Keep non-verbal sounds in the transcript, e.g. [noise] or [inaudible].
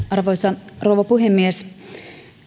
[unintelligible] arvoisa rouva puhemies